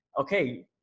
okay